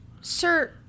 Sir